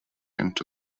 into